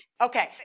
Okay